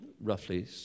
roughly